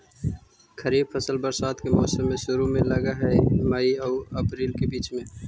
खरीफ फसल बरसात के मौसम के शुरु में लग हे, मई आऊ अपरील के बीच में